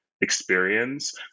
experience